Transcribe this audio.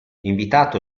invitato